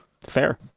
Fair